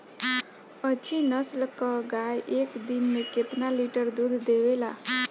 अच्छी नस्ल क गाय एक दिन में केतना लीटर दूध देवे ला?